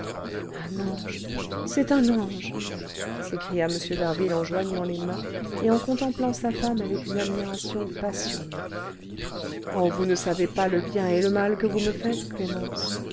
un ange c'est un ange s'écria m d'harville en joignant les mains et en contemplant sa femme avec une admiration passionnée oh vous ne savez pas le bien et le mal que vous me faites clémence